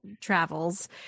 travels